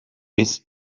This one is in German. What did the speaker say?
bis